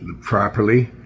properly